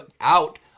out